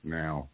now